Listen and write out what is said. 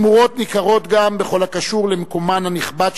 תמורות ניכרות גם בכל הקשור למקומן הנכבד